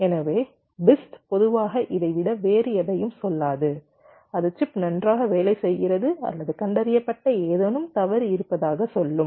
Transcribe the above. எனவே BIST பொதுவாக இதை விட வேறு எதையும் சொல்லாது அது சிப் நன்றாக வேலை செய்கிறது அல்லது கண்டறியப்பட்ட ஏதேனும் தவறு இருப்பதாக சொல்லும்